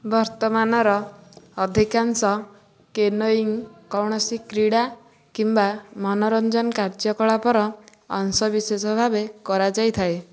ବର୍ତ୍ତମାନର ଅଧିକାଂଶ କେନୋଇଙ୍ଗ କୌଣସି କ୍ରୀଡ଼ା କିମ୍ବା ମନୋରଞ୍ଜନ କାର୍ଯ୍ୟକଳାପର ଅଂଶବିଶେଷ ଭାବେ କରାଯାଇଥାଏ